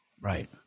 Right